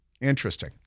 Interesting